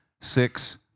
six